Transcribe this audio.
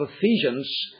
Ephesians